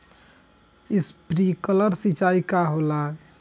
Sprinkler सिंचाई का होला?